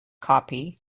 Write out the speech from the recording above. copy